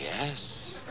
Yes